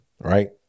right